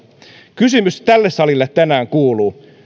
kysymys tälle salille tänään kuuluu